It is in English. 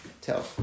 tell